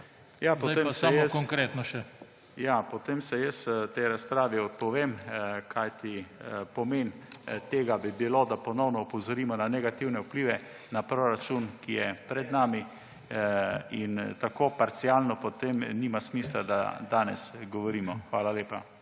JOŽE LENART (PS LMŠ):** Ja, potem se jaz tej razpravi odpovem. Kajti pomen tega bi bilo, da ponovno opozorimo na negativne vplive na proračun, ki je pred nami. In tako parcialno potem nima smisla, da danes govorimo. Hvala lepa.